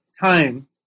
time